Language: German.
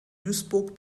duisburg